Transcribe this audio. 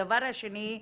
הדבר השני,